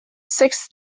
sixth